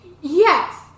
yes